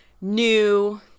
new